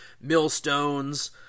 millstones